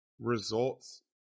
results